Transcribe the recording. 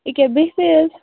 یہِ کیاہ بیٚہتھٕے حظ